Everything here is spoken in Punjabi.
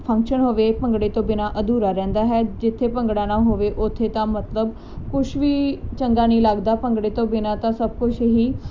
ਫੰਕਸ਼ਨ ਹੋਵੇ ਭੰਗੜੇ ਤੋਂ ਬਿਨਾਂ ਅਧੂਰਾ ਰਹਿੰਦਾ ਹੈ ਜਿੱਥੇ ਭੰਗੜਾ ਨਾ ਹੋਵੇ ਉੱਥੇ ਤਾਂ ਮਤਲਬ ਕੁਛ ਵੀ ਚੰਗਾ ਨਹੀਂ ਲੱਗਦਾ ਭੰਗੜੇ ਤੋਂ ਬਿਨਾਂ ਤਾਂ ਸਭ ਕੁਝ ਹੀ